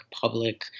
public